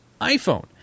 iPhone